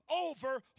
over